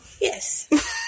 Yes